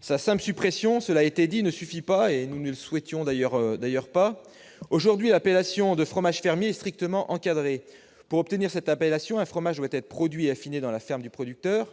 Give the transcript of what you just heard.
Sa simple suppression, cela a été dit, ne suffit pas ; nous ne la souhaitions d'ailleurs pas. Aujourd'hui, l'appellation « fromage fermier » est strictement encadrée. Pour obtenir cette appellation, un fromage doit être produit et affiné dans la ferme du producteur.